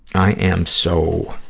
i am so,